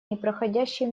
непреходящей